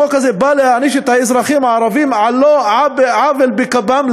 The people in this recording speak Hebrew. החוק הזה בא להעניש את האזרחים הערבים על לא עוול בכפם.